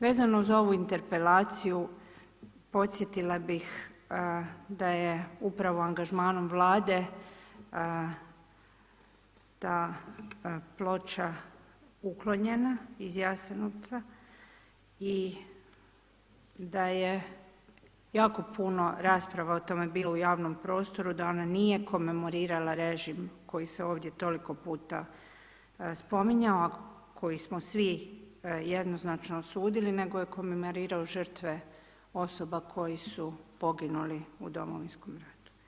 Vezano za ovu interpelaciju podsjetila bih da je upravo angažmanom Vlade ta ploča uklonjena iz Jasenovca i da je jako puno rasprava o tome bilo u javnom prostoru da ona nije komemorirala režim koji se ovdje toliko puta spominjao, a koji smo svi jednoznačno osudili, nego je komemorirao žrtve osoba koji su poginuli u Domovinskom ratu.